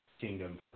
kingdom